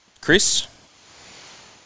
Chris